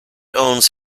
owns